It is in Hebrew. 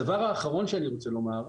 הדבר האחרון שאני רוצה לומר,